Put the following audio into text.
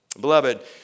Beloved